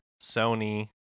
Sony